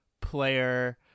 player